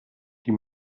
die